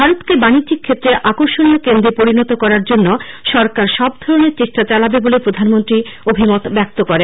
ভারতকে বানিজ্যিক ক্ষেত্রে আকর্ষনীয় কেন্দ্রে পরিনত করার জন্য সরকার সব ধরনের চেষ্টা চালাবে বলে প্রধানমন্ত্রী অভিমত ব্যক্ত করেন